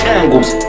angles